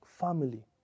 family